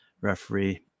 Referee